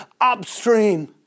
Upstream